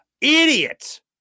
Idiot